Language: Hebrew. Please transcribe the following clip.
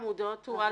ב'.